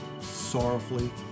sorrowfully